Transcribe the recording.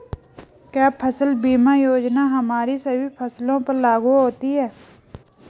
क्या फसल बीमा योजना हमारी सभी फसलों पर लागू होती हैं?